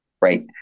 right